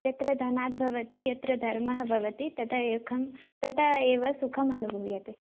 यत्र धनाद्भवति यत्र धर्मः भवति तदा एकं तदा एव सुखम् अनुभूयते